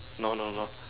no no no